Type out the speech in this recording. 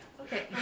okay